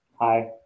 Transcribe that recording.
Hi